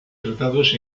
tratados